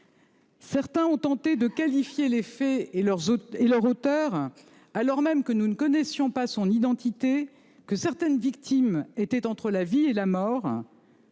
Certains ont tenté de qualifier les faits et leur et, leur hauteur alors même que nous ne connaissions pas son identité que certaines victimes étaient entre la vie et la mort.